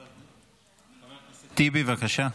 חבר הכנסת טיבי, בבקשה.